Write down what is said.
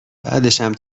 بعدشم